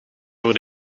voor